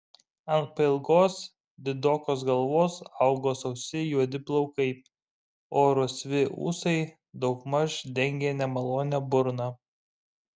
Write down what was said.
ant pailgos didokos galvos augo sausi juodi plaukai o rusvi ūsai daugmaž dengė nemalonią burną